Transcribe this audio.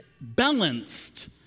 balanced